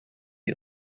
you